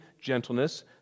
gentleness